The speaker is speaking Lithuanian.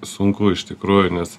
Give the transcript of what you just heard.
sunku iš tikrųjų nes